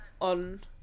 on